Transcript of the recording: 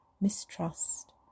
mistrust